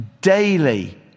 Daily